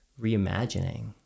reimagining